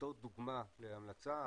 בתור דוגמה להמלצה,